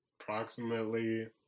Approximately